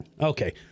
Okay